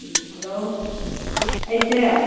ꯎꯝ ꯍꯜꯂꯣ ꯑꯩꯁꯦ